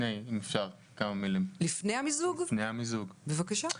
אם אפשר לומר כמה מילים לפני מיזוג הצעות החוק.